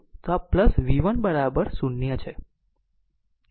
તો v 1 બરાબર 0 છે